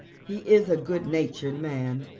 he is a good-natured man,